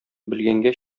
белгәнгә